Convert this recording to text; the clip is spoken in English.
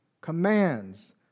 commands